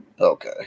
okay